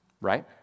right